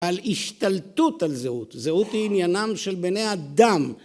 על השתלטות על זהות, זהות עניינם של בני אדם